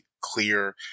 clear